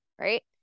right